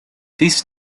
this